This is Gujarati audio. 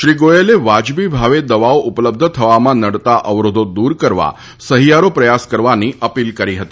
શ્રી ગોયલે વાજબી ભાવે દવાઓ ઉપલબ્ધ થવામાં નડતા અવરોધો દુર કરવા સહિયારો પ્રયાસ કરવાની અપીલ કરી હતી